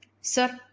Sir